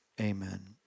Amen